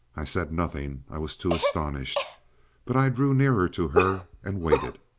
i said nothing, i was too astonished but i drew nearer to her, and waited.